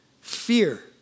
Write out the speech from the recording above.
fear